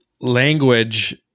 language